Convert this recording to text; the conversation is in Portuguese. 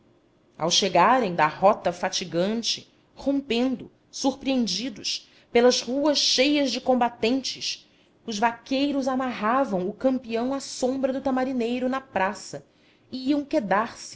ao chegarem da rota fatigante rompendo surpreendidos pelas ruas cheias de combatentes os vaqueiros amarravam o campeão à sombra do tamarineiro na praça e iam